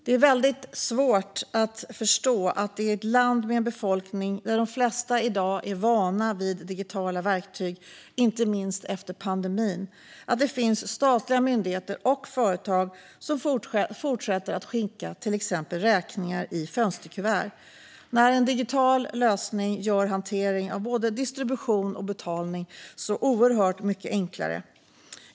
Det är väldigt svårt att förstå att det i ett land med en befolkning där de flesta är vana vid digitala verktyg, inte minst efter pandemin, finns statliga myndigheter och företag som fortsätter att skicka exempelvis räkningar i fönsterkuvert när en digital lösning gör hantering av både distribution och betalning så oerhört mycket enklare.